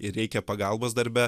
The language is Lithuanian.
ir reikia pagalbos darbe